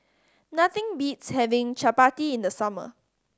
nothing beats having Chapati in the summer